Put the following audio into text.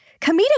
comedic